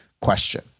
question